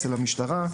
אצל המשטרה.